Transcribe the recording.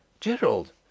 Gerald